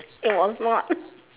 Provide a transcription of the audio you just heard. it was not